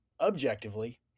objectively